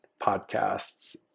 podcasts